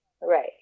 right